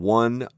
one